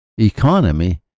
economy